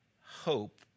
hope